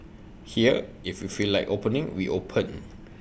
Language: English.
here if we feel like opening we open